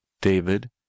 David